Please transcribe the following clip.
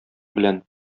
белән